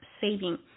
saving